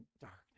darkness